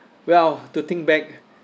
well to think back